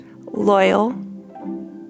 Loyal